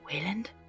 Wayland